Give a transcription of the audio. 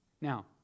Now